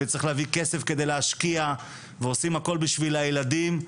צריך להביא כסף כדי להשקיע ועושים הכול בשביל הילדים.